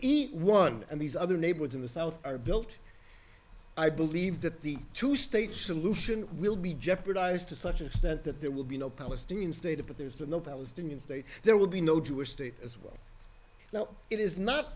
of these other neighborhoods in the south are built i believe that the two state solution will be jeopardized to such an extent that there will be no palestinian state but there is no palestinian state there will be no jewish state as well now it is not